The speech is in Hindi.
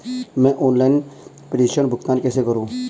मैं ऑनलाइन प्रेषण भुगतान कैसे करूँ?